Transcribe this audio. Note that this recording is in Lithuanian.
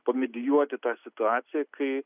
pamedijuoti tą situaciją kai